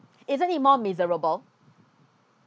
isn't it more miserable